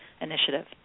initiative